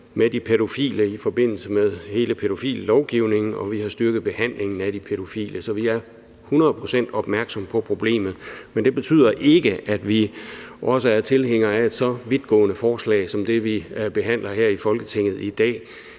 med pædofile i forbindelse med hele pædofililovgivningen. Og vi har styrket behandlingen af pædofile. Så vi er hundrede procent opmærksomme på problemet. Men det betyder ikke, at vi også er tilhængere af et så vidtgående forslag, som det vi behandler her i Folketinget i dag.